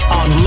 on